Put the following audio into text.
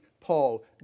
Paul